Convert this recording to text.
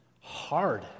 hard